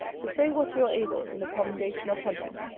to say what you are able in the commendation of hunting,